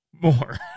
More